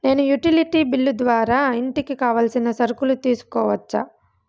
నేను utility bill ద్వారా ఇంటికి కావాల్సిన సరుకులు తీసుకోవచ్చా?